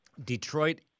Detroit